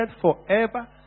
forever